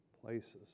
places